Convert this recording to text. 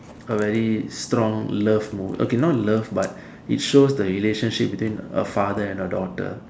a very strong love okay not love but it shows the relationship between a father and a daughter